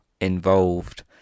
involved